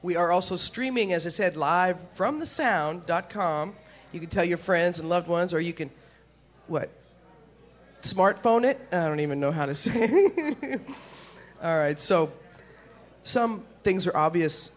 we are also streaming as i said live from the sound dot com you can tell your friends and loved ones or you can what a smart phone it don't even know how to say all right so some things are obvious